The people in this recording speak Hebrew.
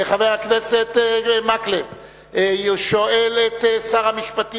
חבר הכנסת מקלב שואל את שר המשפטים,